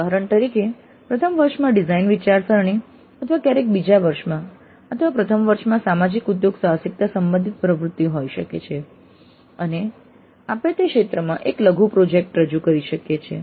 ઉદાહરણ તરીકે પ્રથમ વર્ષમાં ડિઝાઇન વિચારસરણી અથવા ક્યારેક બીજા વર્ષમાં અથવા પ્રથમ વર્ષમાં સામાજિક ઉદ્યોગ સાહસિકતા સંબંધિત પ્રવૃત્તિ હોઈ શકે છે અને આપણે તે ક્ષેત્રમાં એક લઘુ પ્રોજેક્ટ રજૂ કરી શકીએ છીએ